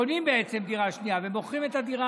קונים בעצם דירה שנייה ומוכרים את הדירה